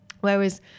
Whereas